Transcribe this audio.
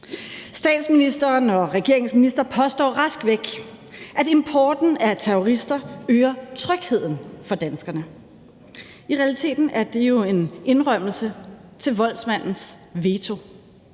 Statsministeren og regeringens ministre påstår rask væk, at importen af terrorister øger trygheden for danskerne. I realiteten er det jo en indrømmelse til voldsmandens veto: